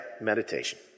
meditation